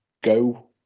go